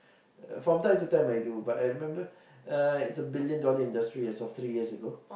from time to time I do but I remember uh it's a billion dollar industry as of three years ago